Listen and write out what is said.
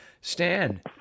Stan